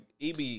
EB